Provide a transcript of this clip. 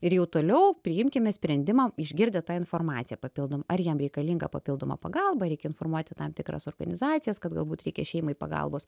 ir jau toliau priimkime sprendimą išgirdę tą informaciją papildomą ar jam reikalinga papildoma pagalba reikia informuoti tam tikras organizacijas kad galbūt reikia šeimai pagalbos